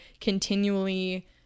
continually